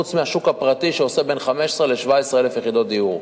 חוץ מהשוק הפרטי שעושה בין 15,000 ל-17,000 יחידות דיור.